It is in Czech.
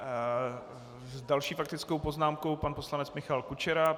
S další faktickou poznámkou pan poslanec Michal Kučera.